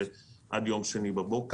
ועד יום שני בבוקר.